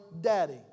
daddy